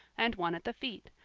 and one at the feet,